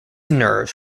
nerves